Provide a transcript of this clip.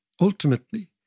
ultimately